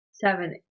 seven